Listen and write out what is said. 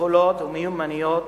ביכולות ומיומנויות